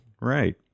right